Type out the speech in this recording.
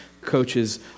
coaches